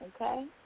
Okay